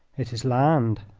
it is land.